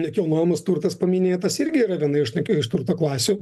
nekilnojamas turtas paminėtas irgi yra viena iš tok iš turto klasių